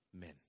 men